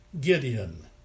Gideon